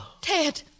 Ted